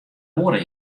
oare